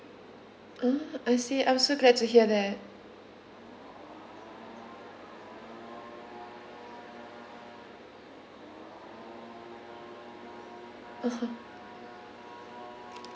ah I see I'm so glad to hear that